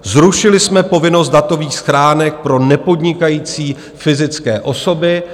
Zrušili jsme povinnost datových schránek pro nepodnikající fyzické osoby.